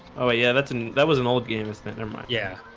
oh yeah, that's an that was an old game is thinner much yeah,